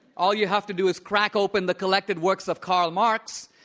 all you have to do is crack open the collected works of karl marx,